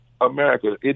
America